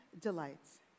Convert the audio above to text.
delights